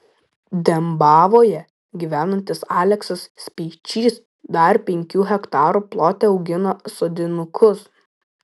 dembavoje gyvenantis aleksas speičys dar penkių hektarų plote augina sodinukus